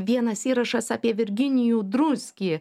vienas įrašas apie virginijų druskį